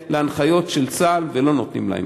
בניגוד להנחיות של צה"ל, ולא נותנים להם.